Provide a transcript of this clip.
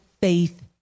faith